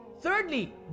Thirdly